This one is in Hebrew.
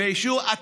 באישור הוועדה.